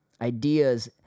ideas